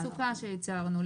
אני מדברת על התעסוקה שהצענו.